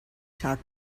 talk